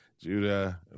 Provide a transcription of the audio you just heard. Judah